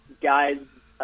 guys